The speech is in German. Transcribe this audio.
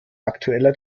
aktueller